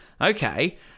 okay